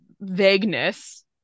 vagueness